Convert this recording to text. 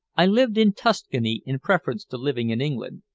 i lived in tuscany in preference to living in england,